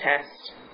test